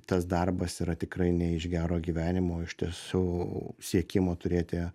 tas darbas yra tikrai ne iš gero gyvenimo o iš tiesų siekimo turėti